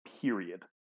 period